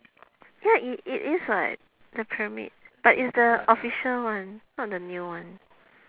ya it it is what the pyramid but it's the official one not the new one